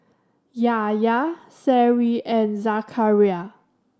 Yahya Seri and Zakaria